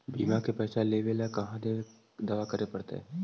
बिमा के पैसा लेबे ल कहा दावा करे पड़तै?